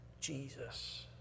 Jesus